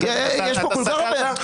אתה סקרת.